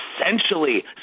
essentially